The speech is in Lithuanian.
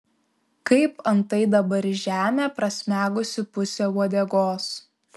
kaip antai dabar į žemę prasmegusi pusė uodegos